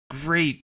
great